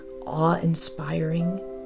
awe-inspiring